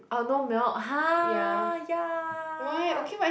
oh no milk [huh] !yuck!